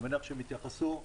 אני מניח שהם יתייחסו.